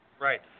Right